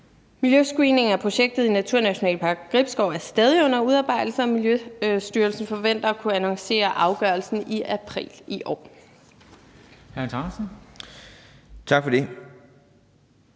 Miljøscreeningen af projektet Naturnationalpark Gribskov er stadig under udarbejdelse, og Miljøstyrelsen forventer at kunne annoncere afgørelsen i april i år.